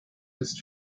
ist